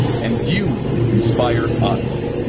and you inspire us.